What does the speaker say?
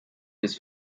his